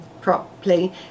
properly